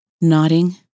Nodding